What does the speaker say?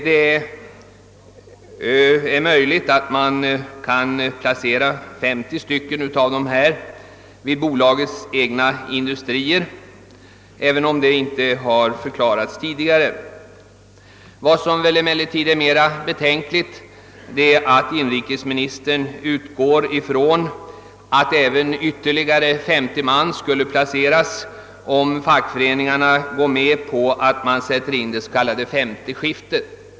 Det är möjligt att man kan placera 50 av dessa vid bolagets egna industrier, även om detta inte har förklarats tidigare. Vad som väl är mera betänkligt är att inrikesministern utgår ifrån att därutöver ytterligare 50 man skulle kunna placeras, om fackföreningarna går med på att man sätter in det s.k. femte skiftet.